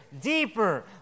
deeper